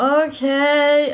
okay